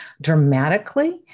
dramatically